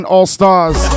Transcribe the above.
All-Stars